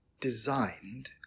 designed